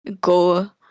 go